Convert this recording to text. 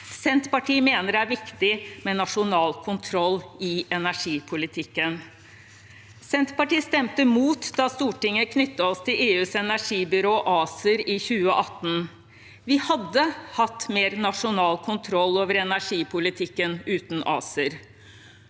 Senterpartiet mener det er viktig med nasjonal kontroll i energipolitikken. Senterpartiet stemte imot da Stortinget knyttet oss til EUs energibyrå ACER i 2018. Vi hadde hatt mer nasjonal kontroll over energipolitikken uten ACER.